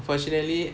fortunately